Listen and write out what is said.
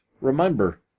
Remember